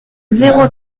zéro